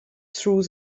through